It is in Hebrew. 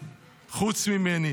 לי,